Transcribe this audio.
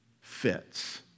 fits